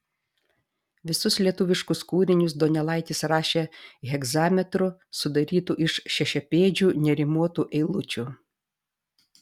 visus lietuviškus kūrinius donelaitis rašė hegzametru sudarytu iš šešiapėdžių nerimuotų eilučių